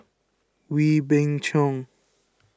Wee Beng Chong